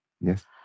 Yes